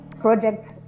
projects